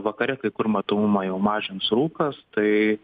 vakare kai kur matomumą jau mažins rūkas tai